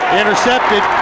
intercepted